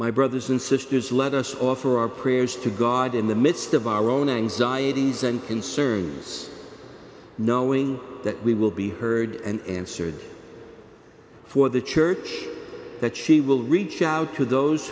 my brothers and sisters let us offer our prayers to god in the midst of our own anxieties and concerns knowing that we will be heard and answered for the church that she will reach out to those